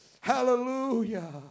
Hallelujah